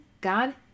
God